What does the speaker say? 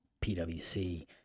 PwC